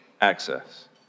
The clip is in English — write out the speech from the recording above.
access